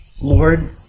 Lord